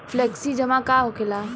Flexi जमा का होखेला?